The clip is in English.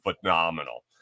phenomenal